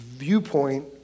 viewpoint